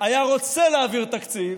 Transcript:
היה רוצה להעביר תקציב,